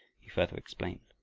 he further explained.